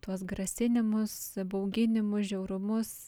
tuos grasinimus bauginimus žiaurumus